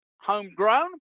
homegrown